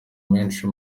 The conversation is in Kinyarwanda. menshi